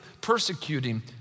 persecuting